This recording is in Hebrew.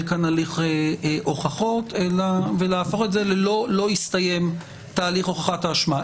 כאן הליך הוכחות ולא הסתיים תהליך הוכחת האשמה.